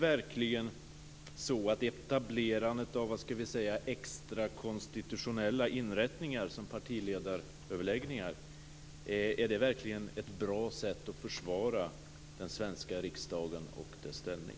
Är etablerandet av extra konstitutionella inrättningar som partiledaröverläggningar verkligen ett bra sätt att försvara den svenska riksdagen och dess ställning?